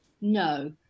No